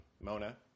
Mona